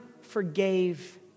forgave